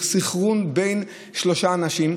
סנכרון בין שלושה אנשים,